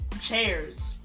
chairs